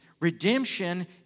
Redemption